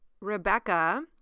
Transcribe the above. Rebecca